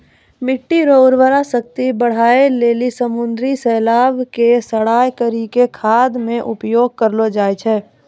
मिट्टी रो उर्वरा शक्ति बढ़ाए लेली समुन्द्री शैलाव के सड़ाय करी के खाद मे उपयोग करलो जाय छै